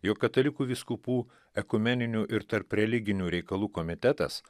jog katalikų vyskupų ekumeninių ir tarpreliginių reikalų komitetas